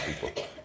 people